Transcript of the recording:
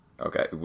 Okay